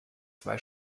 zwei